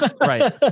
Right